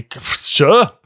Sure